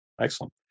Excellent